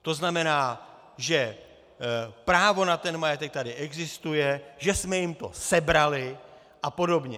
To znamená, že právo na majetek tady existuje, že jsme jim to sebrali a podobně.